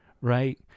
Right